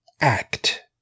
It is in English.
act